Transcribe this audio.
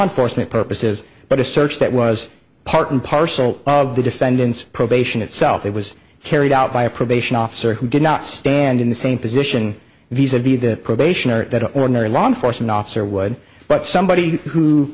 enforcement purposes but a search that was part and parcel of the defendant's probation itself it was carried out by a probation officer who did not stand in the same position these are to be the probation or that ordinary law enforcement officer would but somebody who